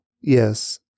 Yes